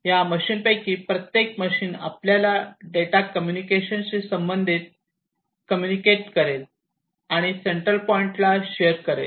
या मशीनपैकी प्रत्येक मशीन आपल्यातील डेटा एकमेकांशी कम्युनिकेट करेल आणि सेंट्रल पॉईंट ला शेअर करेल